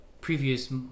previous